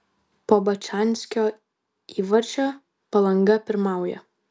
po bačanskio įvarčio palanga pirmauja